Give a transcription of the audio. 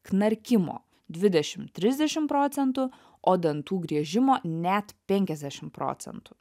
knarkimo dvidešim trisdešim procentų o dantų griežimo net penkiasdešim procentų